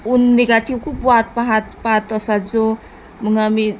ऊन निघायची खूप वाट पहात पहात असायचो मग आम्ही